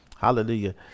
Hallelujah